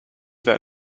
that